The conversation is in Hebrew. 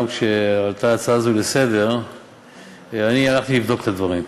גם כשעלתה ההצעה הזאת לסדר-היום אני הלכתי לבדוק את הדברים,